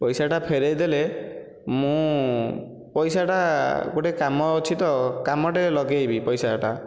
ପଇସାଟା ଫେରାଇ ଦେଲେ ମୁଁ ପଇସାଟା ଗୋଟିଏ କାମ ଅଛି ତ କାମଟେ ଲଗାଇବି ପଇସାଟା